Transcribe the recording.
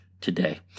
today